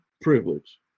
privilege